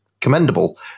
commendable